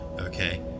okay